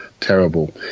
terrible